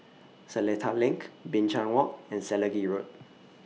Seletar LINK Binchang Walk and Selegie Road